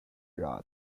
wrath